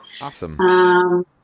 awesome